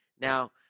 Now